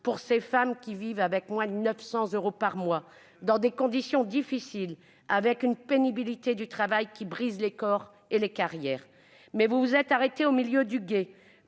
pour ces femmes qui vivent avec moins de 900 euros par mois, dans des conditions difficiles et avec une pénibilité qui brise les corps et les carrières. Vous vous êtes pourtant arrêtés au milieu du gué.